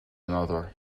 another